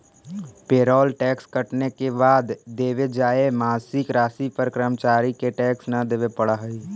payroll tax कटने के बाद देवे जाए मासिक राशि पर कर्मचारि के टैक्स न देवे पड़ा हई